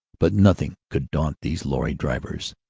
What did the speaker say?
but nothing could daunt these lorry-drivers,